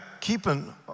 keeping